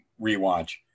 rewatch